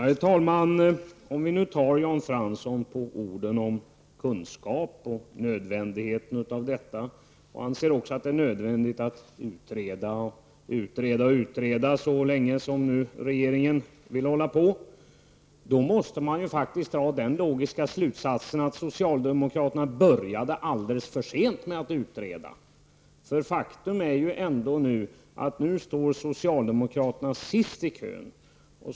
Herr talman! Om vi nu tar Jan Fransson på ordet om nödvändigheten av kunskap -- han säger också att det är nödvändigt att utreda och utreda så länge regeringen vill hålla på -- måste man faktiskt dra den logiska slutsatsen att socialdemokraterna började alldeles för sent med att utreda. Faktum är att socialdemokraterna nu står sist i kön.